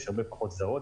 יש הרבה פחות סדרות,